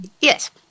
Yes